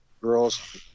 girls